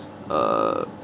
err